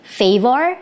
favor